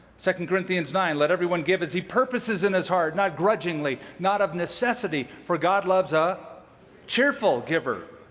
second corinthians nine, let everyone give as he purposes in his heart, not grudgingly, not of necessity for god loves a cheerful giver,